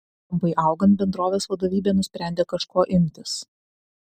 įtampai augant bendrovės vadovybė nusprendė kažko imtis